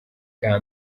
bwa